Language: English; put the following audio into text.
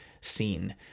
scene